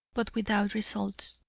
but without results,